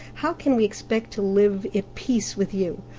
how can we expect to live at peace with you?